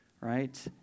right